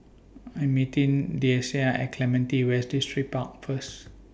I'm meeting Deasia At Clementi West Distripark First